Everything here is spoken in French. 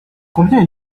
combien